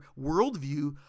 worldview